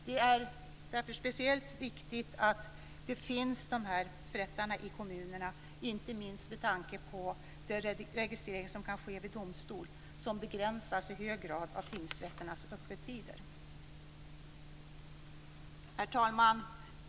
Det är därför speciellt viktigt att dessa förrättare finns i kommunerna, inte minst med tanke på att den registrering som kan ske vid domstol i hög grad begränsas av tingsrätternas öppettider. Herr talman!